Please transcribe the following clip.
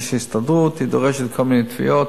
יש הסתדרות, היא דורשת כל מיני תביעות.